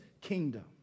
kingdom